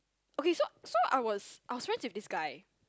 okay so so I was I was friends with this guy